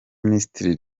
minisitiri